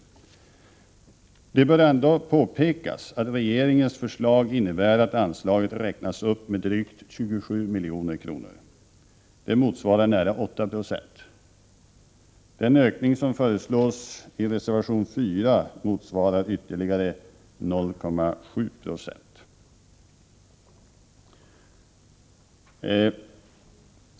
Men det bör ändå påpekas att regeringens förslag innebär att anslaget räknas upp med drygt 27 milj.kr. Det motsvarar nära 8 26. Den ökning som föreslås i reservation 4 motsvarar ytterligare 0,7 70.